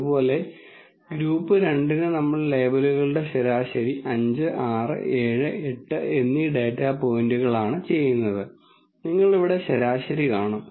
അതുപോലെ ഗ്രൂപ്പ് 2 ന് നമ്മൾ ലേബലുകളുടെ ശരാശരി 5 6 7 8 എന്നീ ഡാറ്റാ പോയിന്റുകളാണ് ചെയ്യുന്നത് നിങ്ങൾ ഇവിടെ ശരാശരി കാണും